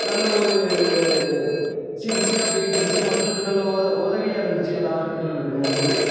நல்ல ஒரு சிகிச்சையாக போயிட்டிருந்துச்சி மக்களுக்கு நல்ல ஒத உதவியா இருந்துச்சி அந்த ஹாஸ்பிட்டலில் இருக்கப் போகும்போது